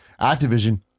Activision